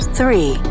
three